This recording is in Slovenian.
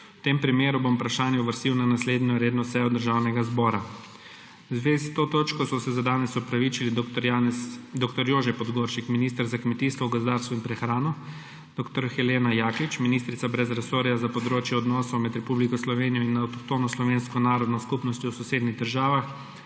V tem primeru bom vprašanje uvrstil na naslednjo redno sejo Državnega zbora. V zvezi s to točko, so se za danes opravičili dr. Jože Podgoršek, minister za kmetijstvo, gozdarstvo in prehrano, dr. Helena Jaklitsch, ministrica brez resorja za področje odnosov med Republiko Slovenijo in avtohtono slovensko narodno skupnostjo v sosednjih državah